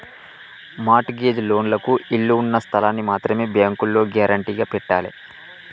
mart gauge లోన్లకు ఇళ్ళు ఉన్న స్థలాల్ని మాత్రమే బ్యేంకులో గ్యేరంటీగా పెట్టాలే